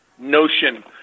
Notion